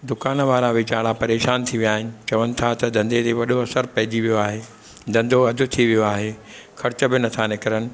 दुकान वारा वेचारा परेशान थी विया आहिनि चवनि था त धंधे ते वॾो असरु पइजी वियो आहे धंधो अधि थी वियो आहे ख़र्च बि नथा निकिरनि